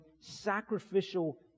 sacrificial